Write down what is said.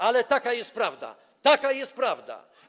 ale taka jest prawda, taka jest prawda.